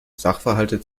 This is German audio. sachverhalte